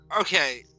Okay